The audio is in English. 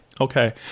Okay